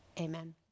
Amen